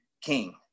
king